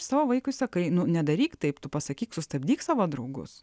savo vaikui sakai nedaryk taip tu pasakyk sustabdyk savo draugus